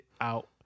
out